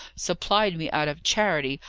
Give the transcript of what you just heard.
supplied me out of charity,